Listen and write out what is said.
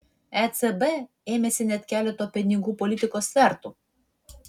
ecb ėmėsi net keleto pinigų politikos svertų